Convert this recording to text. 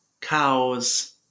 cows